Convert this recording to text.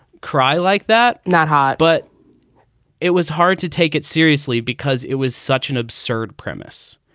cry like that. not hot, but it was hard to take it seriously because it was such an absurd premise.